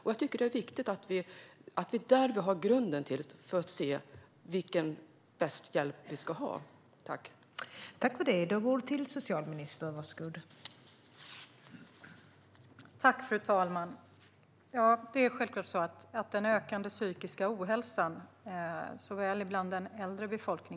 Jag tycker att det är viktigt att detta är grunden när vi ser vilken hjälp som är den bästa vi kan erbjuda.